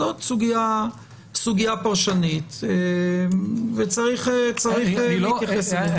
זאת סוגיה פרשנית, וצריך להתייחס אליה.